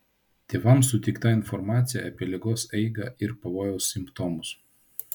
tėvams suteikta informacija apie ligos eigą ir pavojaus simptomus